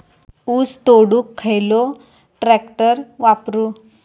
ऊस तोडुक खयलो ट्रॅक्टर वापरू?